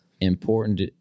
important